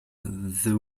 the